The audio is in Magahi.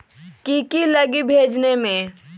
की की लगी भेजने में?